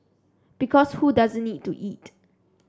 because who doesn't need to eat